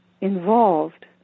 involved